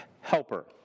helper